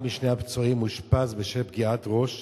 אחד משני הפצועים אושפז בשל פגיעת ראש